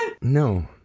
no